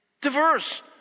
Diverse